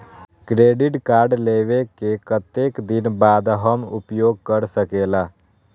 Credit card लेबे के कतेक दिन बाद हम उपयोग कर सकेला?